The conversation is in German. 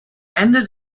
ende